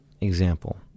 example